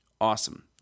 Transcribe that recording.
awesome